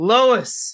Lois